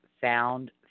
found